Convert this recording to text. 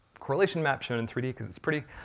correlation map shown in three d, cause it's pretty.